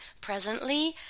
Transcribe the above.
presently